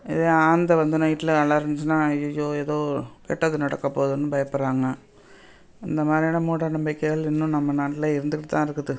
இதே ஆந்தை வந்து நைட்டில் அலருச்சுன்னா ஐயயோ ஏதோ கெட்டது நடக்கப்போகுதுன்னு பயப்பட்றாங்க இந்தமாதிரியான மூடநம்பிக்கைகள் இன்னும் நம்ம நாட்டில் இருந்துக்கிட்டுதான் இருக்குது